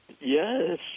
Yes